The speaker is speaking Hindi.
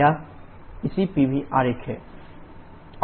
यह इसी Pv आरेख है